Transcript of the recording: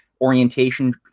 orientation